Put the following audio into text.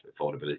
affordability